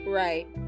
right